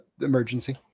emergency